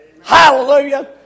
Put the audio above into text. Hallelujah